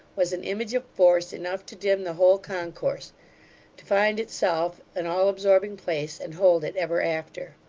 was an image of force enough to dim the whole concourse to find itself an all-absorbing place, and hold it ever after.